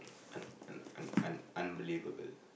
an an an unbelievable